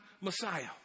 Messiah